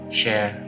share